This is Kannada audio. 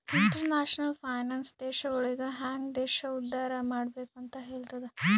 ಇಂಟರ್ನ್ಯಾಷನಲ್ ಫೈನಾನ್ಸ್ ದೇಶಗೊಳಿಗ ಹ್ಯಾಂಗ್ ದೇಶ ಉದ್ದಾರ್ ಮಾಡ್ಬೆಕ್ ಅಂತ್ ಹೆಲ್ತುದ